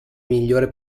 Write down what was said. migliore